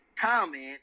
comment